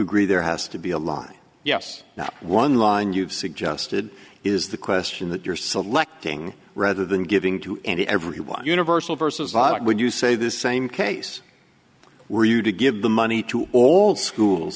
agree there has to be a line yes now one line you've suggested is the question that you're selecting rather than giving two and every one universal versus god would you say the same case were you to give the money to all schools